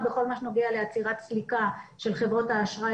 ראשית כשעורך דין עובר עבירה,